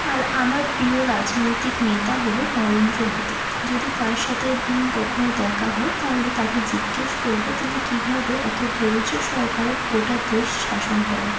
আর আমার প্রিয় রাজনৈতিক নেতা হলো নরেন্দ্র মোদী যদি তার সাথে কখনও দেখা হয় তাহলে তাকে জিজ্ঞাসা করব তিনি কীভাবে এত ধৈর্য সহকারে গোটা দেশ শাসন করে